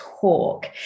Talk